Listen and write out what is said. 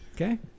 Okay